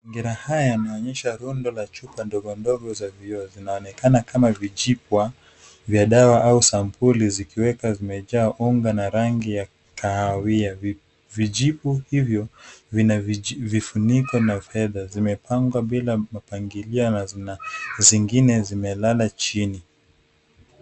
Mazingira haya yanaonyeshana rundo la chupa ndogo ndogo za kioo. Zinaonekana kama vijipwa vya dawa au sampuni zikiweka zimejaa unga na rangi ya kahawia. Vijipu hivyo vine vifuniko kwa fedha. Vimepangwa na mapangilio na zingine zimelala chini.